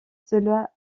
cela